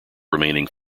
remaining